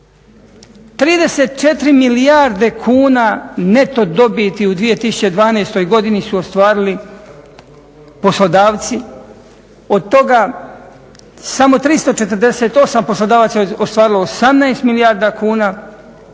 34 milijarde kuna neto dobiti u 2012. godini su ostvarili poslodavci, od toga samo 348 poslodavaca je ostvarilo 18 milijarda kuna